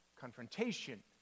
confrontation